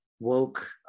woke